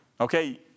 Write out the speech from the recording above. Okay